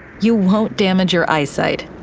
you won't damage your eyesight.